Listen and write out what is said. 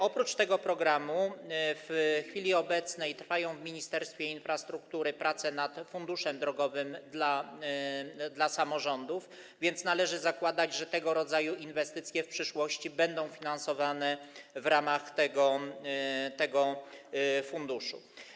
Oprócz tego programu w chwili obecnej trwają w ministerstwie infrastruktury prace nad funduszem drogowym dla samorządów, więc należy zakładać, że tego rodzaju inwestycje w przyszłości będą finansowane w ramach tego funduszu.